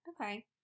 okay